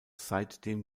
seitdem